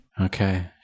Okay